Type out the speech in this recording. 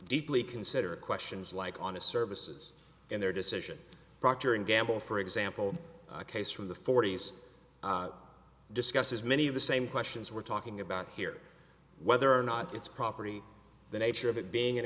deeply consider questions like on the services in their decision procter and gamble for example a case from the forty's discusses many of the same questions we're talking about here whether or not it's property the nature of it being an